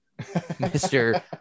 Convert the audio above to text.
mr